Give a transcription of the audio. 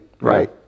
right